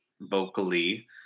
vocally